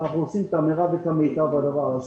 אנחנו עושים את המרב והמיטב בדבר הזה.